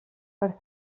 per